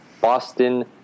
Boston